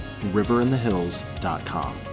riverinthehills.com